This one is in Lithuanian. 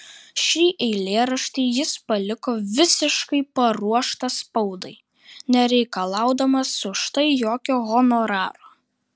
šį eilėraštį jis paliko visiškai paruoštą spaudai nereikalaudamas už tai jokio honoraro